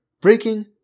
breaking